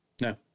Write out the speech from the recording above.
No